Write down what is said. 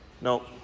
No